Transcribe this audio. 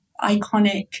iconic